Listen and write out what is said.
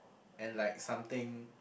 and like something